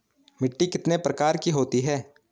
मिट्टी कितने प्रकार की होती है?